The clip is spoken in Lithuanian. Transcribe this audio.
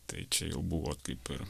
tai čia jau buvo kaip ir